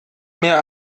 mehr